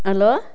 hello